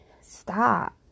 Stop